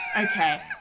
Okay